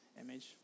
image